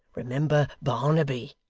remember barnaby